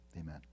Amen